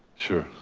sure,